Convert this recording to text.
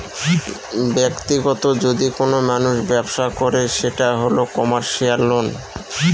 ব্যাক্তিগত যদি কোনো মানুষ ব্যবসা করে সেটা হল কমার্সিয়াল লোন